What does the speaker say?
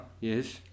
Yes